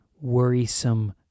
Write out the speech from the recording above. worrisome